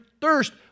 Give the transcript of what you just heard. thirst